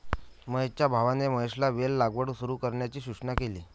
महेशच्या भावाने महेशला वेल लागवड सुरू करण्याची सूचना केली